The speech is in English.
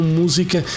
música